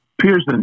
Pearson